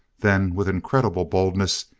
then, with incredible boldness,